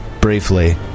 briefly